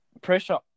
pressure